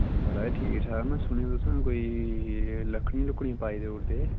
महाराज ठीक ठाक में सुनेआ तुस कोई लक्कडियां लुक्कडियां पाई देई ओड़दे